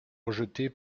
rejetée